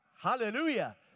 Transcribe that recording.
Hallelujah